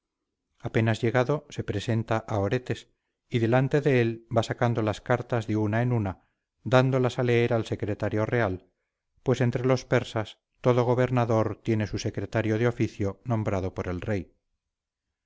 apenas llegado se presenta a oretes y delante de él va sacando las cartas de una en una dándolas a leer al secretario real pues entre los persas todo gobernador tiene su secretario de oficio nombrado por el rey